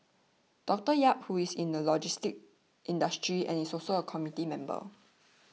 Doctor Yap who is in the logistics industry and is also a committee member